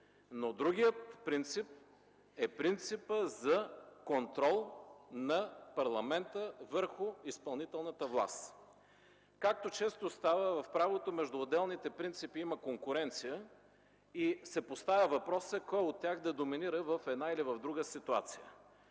другият – е принципът за контрол на парламента върху изпълнителната власт. Както често става в правото, между отделните принципи има конкуренция и се поставя въпросът кой от тях да доминира в една или в друга ситуация.